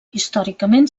històricament